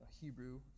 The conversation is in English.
Hebrew